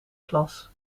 klas